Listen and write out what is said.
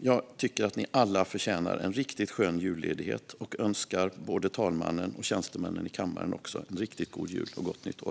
Jag tycker att ni alla förtjänar en riktigt skön julledighet och önskar också både talmannen och tjänstemännen i kammaren en riktigt god jul och ett gott nytt år.